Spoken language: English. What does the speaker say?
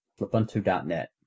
lubuntu.net